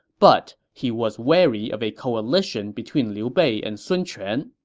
but he was wary of a coalition between liu bei and sun quan,